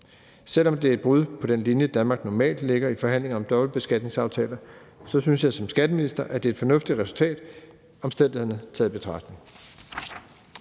Selv om det er et brud på den linje, Danmark normalt lægger i forhandlinger om dobbeltbeskatningsaftaler, synes jeg som skatteminister, at det er et fornuftigt resultat omstændighederne taget i betragtning.